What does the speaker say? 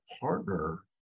partner